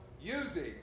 using